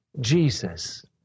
Jesus